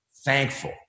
thankful